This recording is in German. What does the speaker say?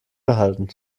behalten